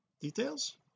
details